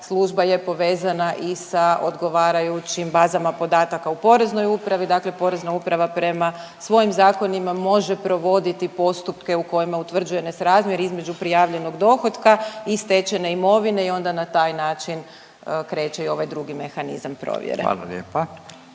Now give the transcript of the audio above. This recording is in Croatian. služba je povezana i sa odgovarajućim bazama podataka u Poreznoj upravi, dakle Porezna uprava prema svojim zakonima može provoditi postupke u kojima utvrđuje nesrazmjer između prijavljenog dohotka i stečene imovine i onda na taj način kreće i ovaj drugi mehanizam provjere. **Radin,